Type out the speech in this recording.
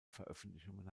veröffentlichungen